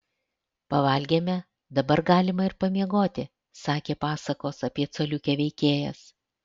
pavalgėme dabar galima ir pamiegoti sakė pasakos apie coliukę veikėjas